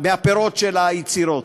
מהפירות של היצירות.